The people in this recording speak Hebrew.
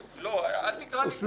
אל תקרא לי קריאות.